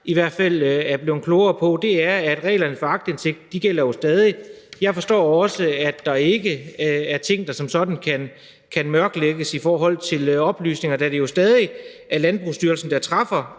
i hvert fald er blevet klogere på, er, at reglerne for aktindsigt jo stadig gælder. Jeg forstår også, at der ikke er ting, der som sådan kan mørklægges i forhold til oplysninger, da det jo stadig er Landbrugsstyrelsen, der træffer